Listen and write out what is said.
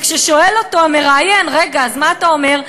וכששואל אותו המראיין: רגע, אז מה אתה אומר?